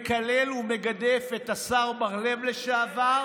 מקלל ומגדף את השר בר לב לשעבר,